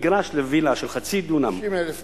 מגרש של חצי דונם לווילה, 30,000 שקל.